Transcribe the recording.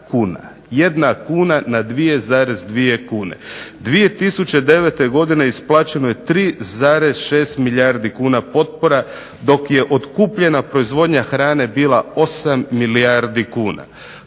1 kuna na 2,2 kune. 2009. godine isplaćeno je 3,6 milijardi kuna potpora dok je otkupljena proizvodnja hrane bila 8 milijardi kuna.